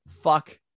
fuck